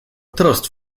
trust